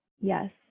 Yes